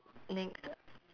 next